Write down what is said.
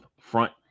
front